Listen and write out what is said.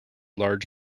large